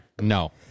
No